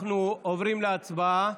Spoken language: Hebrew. אנחנו עוברים להצבעה.